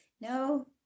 No